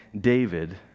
David